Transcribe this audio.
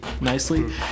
nicely